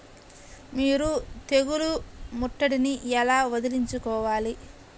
మీరు తెగులు ముట్టడిని ఎలా వదిలించుకోవాలి?